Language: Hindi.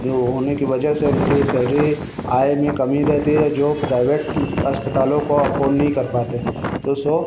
जो होने की वजह से उनकी सैलरी आय में कमी रहती है जो प्राइवेट अस्पतालों को अफॉर्ड नहीं कर पाते तो सो